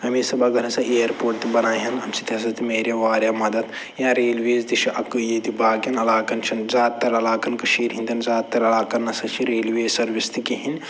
بغٲر ہسا airport تہِ بنایہِ ہَن اَمہِ سۭتۍ ہسا تہِ مِلہِ ہے واریاہ مدد یا ریلویز تہِ چھِ اَکٕے ییٚتہِ باقِیَن علاقَن چھِنہٕ زیادٕ تَر علاقَن کٔشیٖرِ ہِندٮ۪ن زیادٕ تَر علاقَن نہ سا چھِ ریلوے سٔروِس تہِ کِہیٖنۍ